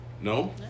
no